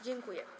Dziękuję.